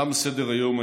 תם סדר-היום.